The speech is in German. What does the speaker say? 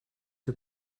der